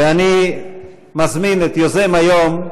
ואני מזמין את יוזם היום,